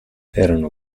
erano